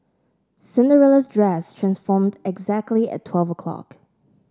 Cinderella's dress transformed exactly at twelve o'clock